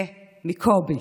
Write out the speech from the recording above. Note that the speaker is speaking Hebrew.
זה מקובי.